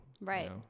Right